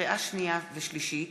לקריאה שנייה וקריאה שלישית: